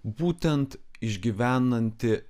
būtent išgyvenantį